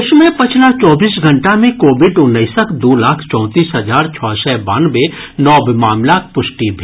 देश मे पछिला चौबीस घंटा मे कोविड उन्नैसक दू लाख चौंतीस हजार छओ सय बानवे नव मामिलाक पुष्टि भेल